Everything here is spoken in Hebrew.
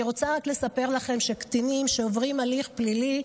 אני רוצה רק לספר לכם שקטינים שעוברים הליך פלילי,